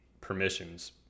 permissions